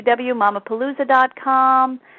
www.mamapalooza.com